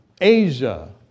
Asia